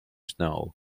snow